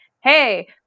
hey